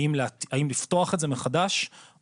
האם לפתוח את זה מחדש,